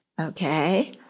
Okay